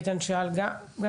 ואיתן שאל גם,